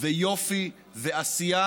ויופי ועשייה